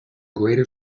greater